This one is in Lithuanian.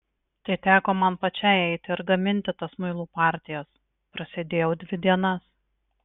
tai teko man pačiai eiti ir gaminti tas muilų partijas prasėdėjau dvi dienas